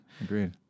Agreed